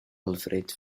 alfred